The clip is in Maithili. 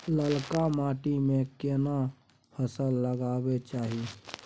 ललका माटी में केना फसल लगाबै चाही?